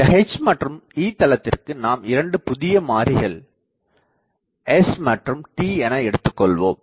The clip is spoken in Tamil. இந்த H மற்றும் E தளத்திற்கு நாம் இரண்டு புதியமாறிகள் s மற்றும் t என எடுத்துக்கொள்வோம்